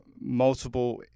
multiple